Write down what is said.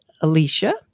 Alicia